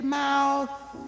mouth